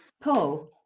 Paul